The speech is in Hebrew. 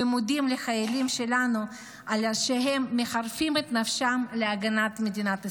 ומודים לחיילים שלנו על שהם מחרפים את נפשם להגנת מדינת ישראל.